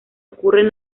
ocurren